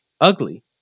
Ugly